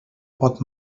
pot